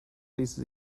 ließe